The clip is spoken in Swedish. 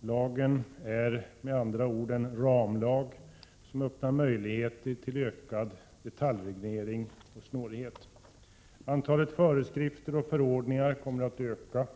Lagen är med andra ord en ramlag som öppnar möjligheter till ökad detaljreglering och snårigheter. Antalet föreskrifter och förordningar kommer att öka.